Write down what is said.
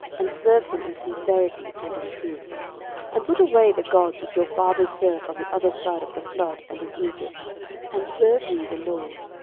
and serve him in sincerity and in truth and put away the gods which your fathers served on the other side of the flood, and in egypt and serve ye the lord.